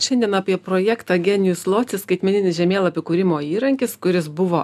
šiandien apie projektą genijus loci skaitmeninis žemėlapių kūrimo įrankis kuris buvo